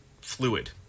fluid